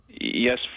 Yes